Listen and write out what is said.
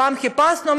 פעם חיפשנו,